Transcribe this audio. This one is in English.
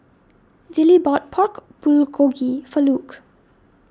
Dillie bought Pork Bulgogi for Luke